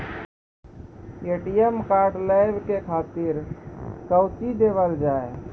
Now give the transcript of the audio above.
ATM card लेवे के खातिर कौंची देवल जाए?